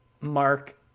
mark